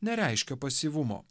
nereiškia pasyvumo